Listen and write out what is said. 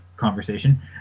conversation